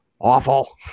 awful